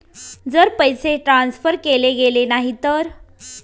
जर पैसे ट्रान्सफर केले गेले नाही तर?